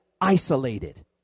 isolated